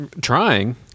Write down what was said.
Trying